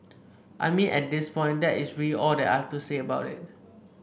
I mean at this point that is really all that I have to say about it